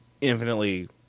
infinitely